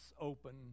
open